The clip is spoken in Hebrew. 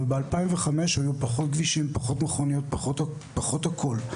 וב-2005 היו פחות כבישים, פחות מכוניות, פחות הכל.